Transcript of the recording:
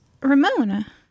Ramona